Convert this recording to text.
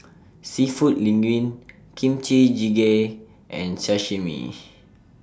Seafood Linguine Kimchi Jjigae and Sashimi